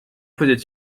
posait